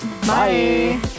Bye